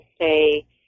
say